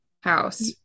house